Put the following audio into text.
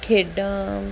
ਖੇਡਾਂ